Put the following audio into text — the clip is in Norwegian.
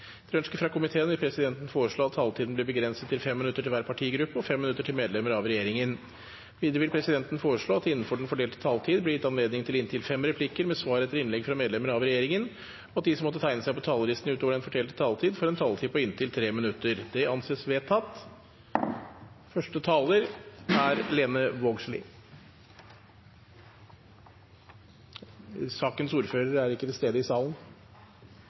Etter ønske fra justiskomiteen vil presidenten foreslå at taletiden blir begrenset til 5 minutter til hver partigruppe og 5 minutter til medlemmer av regjeringen. Videre vil presidenten foreslå at det – innenfor den fordelte taletid – blir gitt anledning til inntil fem replikker med svar etter innlegg fra medlemmer av regjeringen, og at de som måtte tegne seg på talerlisten utover den fordelte taletid, får en taletid på inntil 3 minutter. – Det anses vedtatt. Første taler er Lene Vågslid. Saksordføreren er ikke til stede i salen.